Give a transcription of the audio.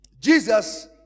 jesus